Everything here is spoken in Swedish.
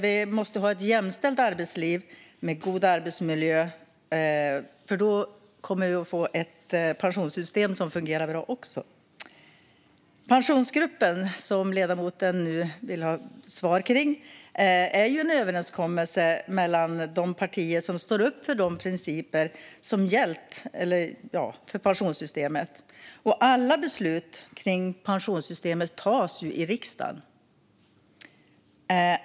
Vi måste ha ett jämställt arbetsliv med god arbetsmiljö, för då kommer vi också att få ett pensionssystem som fungerar bra. Pensionsgruppen, som ledamoten nu vill ha svar om, är en överenskommelse mellan de partier som står upp för de principer som har gällt för pensionssystemet. Alla beslut kring pensionssystemet fattas i riksdagen.